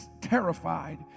terrified